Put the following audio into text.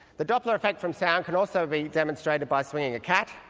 the doppler effect for sound can also be demonstrated by swinging a cat.